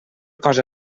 cosa